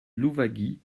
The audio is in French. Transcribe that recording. louwagie